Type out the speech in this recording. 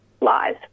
lies